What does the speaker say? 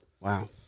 Wow